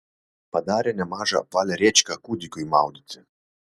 padarė nemažą apvalią rėčką kūdikiui maudyti